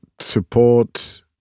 support